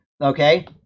okay